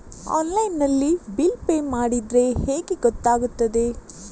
Online ನಲ್ಲಿ bill pay ಮಾಡಿದ್ರೆ ಹೇಗೆ ಗೊತ್ತಾಗುತ್ತದೆ?